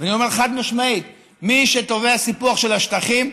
אני אומר באופן חד-משמעי: מי שתובע סיפוח של השטחים,